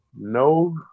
no